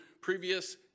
previous